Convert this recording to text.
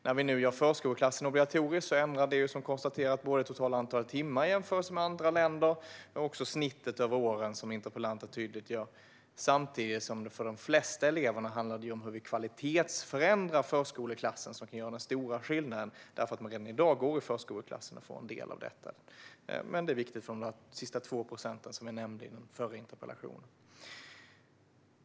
När vi nu gör förskoleklassen obligatorisk ändrar det, som konstaterat, såväl det totala antalet timmar i jämförelse med andra länder som snittet över åren, vilket interpellanten tydliggör. Samtidigt handlar det för de flesta elever om hur vi kvalitetsförändrar förskoleklassen, vilket kan göra den stora skillnaden. Redan i dag går ju eleverna i förskoleklass och får del av detta, men det är viktigt för de sista 2 procenten som jag nämnde i den förra interpellationsdebatten.